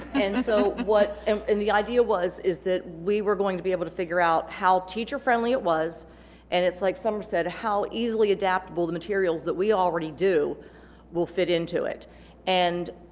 and so um and the idea was is that we were going to be able to figure out how teacher friendly it was and it's like summer said how easily adaptable the materials that we already do will fit into it and